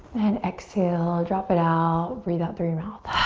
and exhale, drop it out, breathe out through your mouth.